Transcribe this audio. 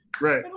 Right